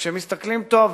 אבל כשמסתכלים טוב,